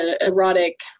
erotic